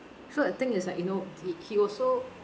so the thing is like you know he he also